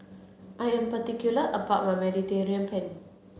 I am particular about my Mediterranean Penne